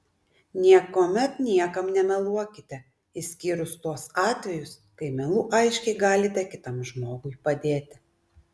niekuomet niekam nemeluokite išskyrus tuos atvejus kai melu aiškiai galite kitam žmogui padėti